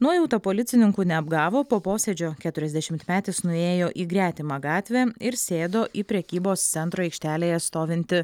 nuojauta policininkų neapgavo po posėdžio keturiasdešimtmetis nuėjo į gretimą gatvę ir sėdo į prekybos centro aikštelėje stovintį